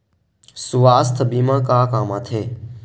सुवास्थ बीमा का काम आ थे?